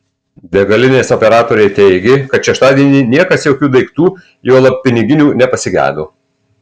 degalinės operatoriai teigė kad šeštadienį niekas jokių daiktų juolab piniginių nepasigedo